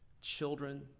children